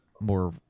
more